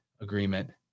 agreement